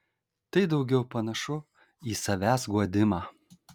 tai daugiau panašu į savęs guodimą